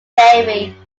navy